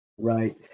Right